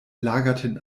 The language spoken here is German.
lagerten